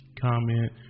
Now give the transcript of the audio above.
comment